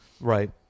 Right